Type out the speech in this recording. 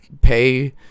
pay